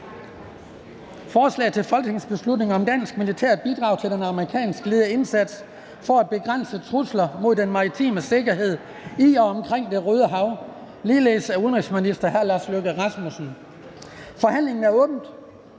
Forslag til folketingsbeslutning om dansk militært bidrag til den amerikansk-ledede indsats for at begrænse trusler mod den maritime sikkerhed i og omkring Det Røde Hav. Af udenrigsministeren (Lars Løkke Rasmussen). (Fremsættelse